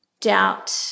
doubt